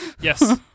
Yes